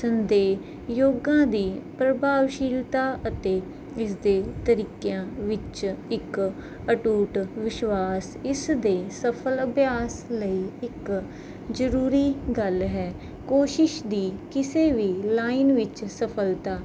ਸੰਦੇਹ ਯੋਗਾ ਦੀ ਪ੍ਰਭਾਵਸ਼ੀਲਤਾ ਅਤੇ ਇਸਦੇ ਤਰੀਕਿਆਂ ਵਿੱਚ ਇੱਕ ਅਟੁੱਟ ਵਿਸ਼ਵਾਸ ਇਸ ਦੇ ਸਫ਼ਲ ਅਭਿਆਸ ਲਈ ਇੱਕ ਜ਼ਰੂਰੀ ਗੱਲ ਹੈ ਕੋਸ਼ਿਸ਼ ਦੀ ਕਿਸੇ ਵੀ ਲਾਈਨ ਵਿੱਚ ਸਫ਼ਲਤਾ